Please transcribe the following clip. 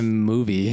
movie